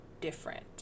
different